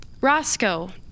Roscoe